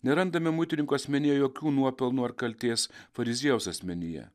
nerandame muitininkų asmenyje jokių nuopelnų ar kaltės fariziejaus asmenyje